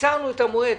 קיצרנו את המועד.